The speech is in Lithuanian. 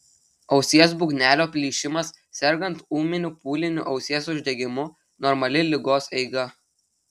ausies būgnelio plyšimas sergant ūminiu pūliniu ausies uždegimu normali ligos eiga